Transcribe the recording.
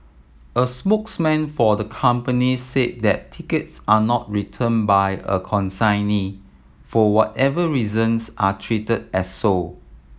a spokesman for the company said that tickets are not returned by a consignee for whatever reasons are treated as sold